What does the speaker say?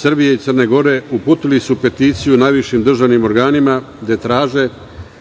Srbije i Crne Gore uputila su peticiju najvišim državnim organima, gde traže